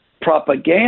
propaganda